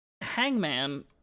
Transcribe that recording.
Hangman